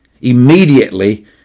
Immediately